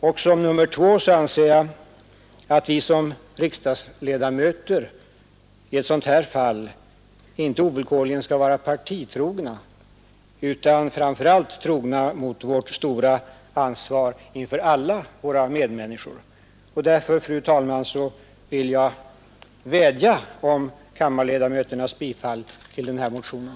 Vidare önskar jag — och det är min andra önskan — att vi som riksdagsledamöter i ett sådant här fall inte ovillkorligen skall vara partitrogna utan framför allt trogna vårt stora ansvar gentemot alla våra medmänniskor. Därför, fru talman, vill jag vädja om kammarledamöternas bifall till reservationen.